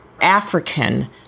African